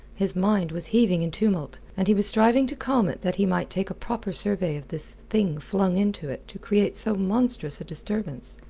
his mind was heaving in tumult, and he was striving to calm it that he might take a proper survey of this thing flung into it to create so monstrous a disturbance.